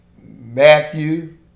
matthew